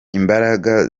imbaraga